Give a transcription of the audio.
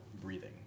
breathing